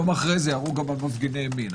יום אחרי זה ירו גם על מפגיני ימין,